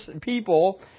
people